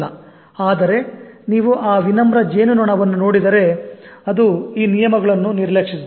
ಆದರೆ ನೀವು ಆ ವಿನಮ್ರ ಜೇನುನೊಣವನ್ನು ನೋಡಿದರೆ ಅದು ಈ ನಿಯಮಗಳನ್ನು ನಿರ್ಲಕ್ಷಿಸುತ್ತದೆ